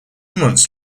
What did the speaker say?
months